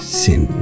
sin